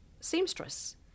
seamstress